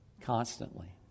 constantly